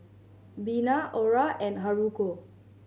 Bina Ora and Haruko